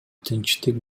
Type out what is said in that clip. тынчтык